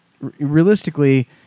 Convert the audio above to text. realistically